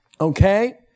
Okay